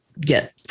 get